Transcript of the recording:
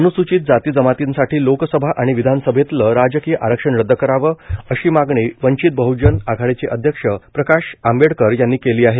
अनुसूचित जाती जमातींसाठी लोकसभा आणि विधानसभेतलं राजकीय आरक्षण रद्द करावं अशी मागणी वंचित बह्जन आघाडीचे अध्यक्ष प्रकाश आंबेडकर यांनी केली आहे